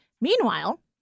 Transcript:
Meanwhile